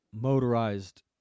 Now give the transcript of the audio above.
motorized